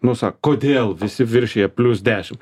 nu sa kodėl visi viršija plius dešim